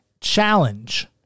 challenge